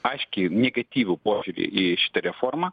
aiškiai negatyvų požiūrį į šitą reformą